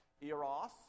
eros